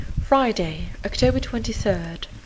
friday, october twenty third.